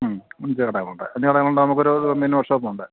മ് അഞ്ച് കടകളുണ്ട് അഞ്ച് കടകളുണ്ട് നമുക്കൊരു